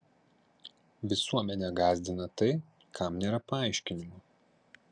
visuomenę gąsdina tai kam nėra paaiškinimo